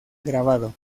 grabado